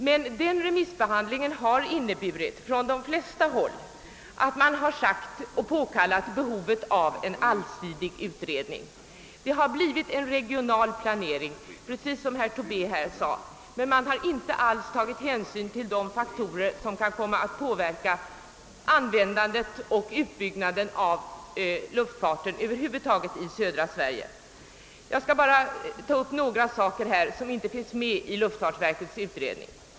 Denna remissbehandling har emellertid gett till resultat att från de flesta håll framhållits behov av en allsidig utredning. Som herr Tobé sade har det enbart skett en regional planering, där man inte alls har tagit hänsyn till de faktorer som kan komma att påverka utbyggnaden av luftfarten över huvud taget i södra Sverige. Jag vill anföra några av de saker som inte finns med i luftfartsverkets utredning.